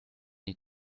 die